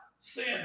sin